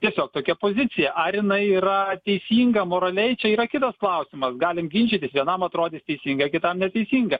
tiesiog tokia pozicija ar jinai yra teisinga moraliai čia yra kitas klausimas galim ginčytis vienam atrodys teisinga kitam neteisinga